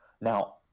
now